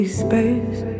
space